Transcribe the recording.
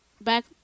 back